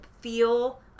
feel